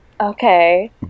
okay